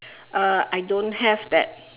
uh I don't have that